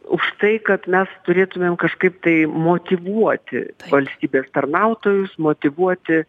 už tai kad mes turėtumėm kažkaip tai motyvuoti valstybės tarnautojus motyvuoti